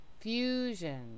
fusion